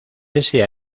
ese